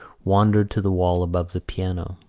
wandered to the wall above the piano.